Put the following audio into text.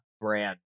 brand